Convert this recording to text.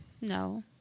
No